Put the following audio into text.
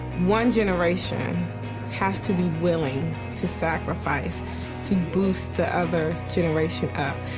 one generation has to be willing to sacrifice to boost the other generation up.